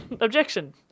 Objection